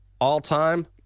all-time